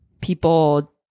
people